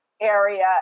area